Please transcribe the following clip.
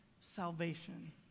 salvation